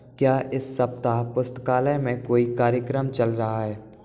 क्या इस सप्ताह पुस्तकालय में कोई कार्यक्रम चल रहा है